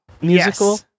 musical